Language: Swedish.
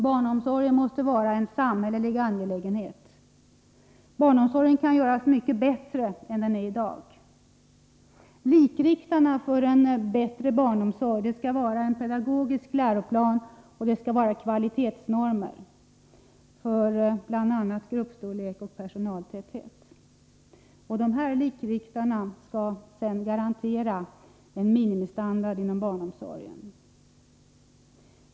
Barnomsorgen måste vara en samhällelig angelägenhet. Barnomsorgen kan göras mycket bättre än den är i dag. Likriktarna för en bättre barnomsorg skall vara en pedagogisk läroplan och kvalitetsnormer för bl.a. gruppstorlek och personaltäthet. Dessa likriktare skall sedan garantera en minimistandard inom barnomsorgen.